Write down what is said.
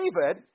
David